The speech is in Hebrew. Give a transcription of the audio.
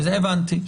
הבנתי.